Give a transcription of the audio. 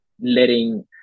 letting